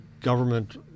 government